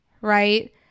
right